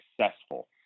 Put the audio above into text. successful